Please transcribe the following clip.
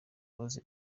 close